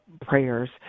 prayers